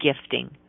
gifting